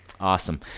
Awesome